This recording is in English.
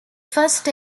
first